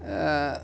uh